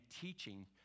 teaching